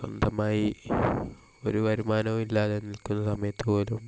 സ്വന്തമായി ഒരു വരുമാനവും ഇല്ലാതെ നിൽക്കുന്ന സമയത്ത് പോലും